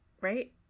right